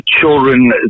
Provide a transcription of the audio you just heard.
Children